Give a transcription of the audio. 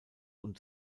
und